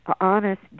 honest